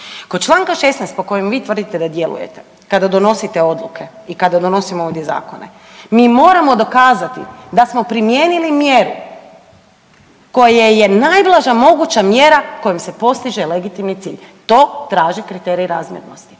Kod čl. 16. po kojem vi tvrdite da djelujete kada donosite odluke i kada donosimo ovdje zakone mi moramo dokazati da smo primijenili mjeru koja je najblaža moguća mjera kojom se postiže legitimni cilj, to traži kriterij razmjernosti.